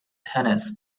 tennis